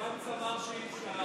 גנץ אמר שאי-אפשר.